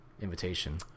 invitation